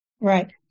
Right